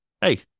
Hey